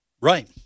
Right